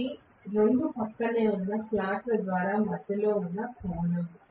ఇది 2 ప్రక్కనే ఉన్న స్లాట్ల ద్వారా మధ్యలో ఉన్న కోణం